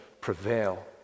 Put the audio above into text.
prevail